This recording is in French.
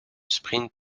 sprint